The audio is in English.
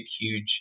huge